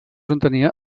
entenia